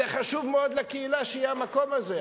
זה חשוב מאוד לקהילה שיהיה המקום הזה,